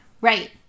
Right